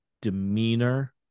demeanor